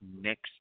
next